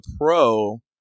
Pro